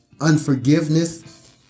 unforgiveness